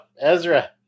Ezra